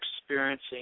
experiencing